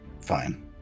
Fine